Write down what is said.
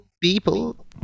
people